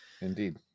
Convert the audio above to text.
Indeed